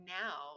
now